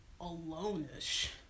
alone-ish